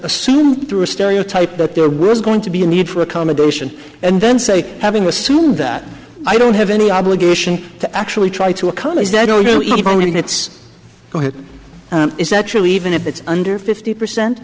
assumed through a stereotype that there was going to be a need for accommodation and then say having assumed that i don't have any obligation to actually try to occur is that only when it's is actually even if it's under fifty percent